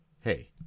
Hey